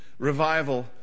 Revival